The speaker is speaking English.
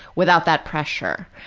without that pressure.